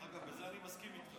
דרך אגב, בזה אני מסכים איתך.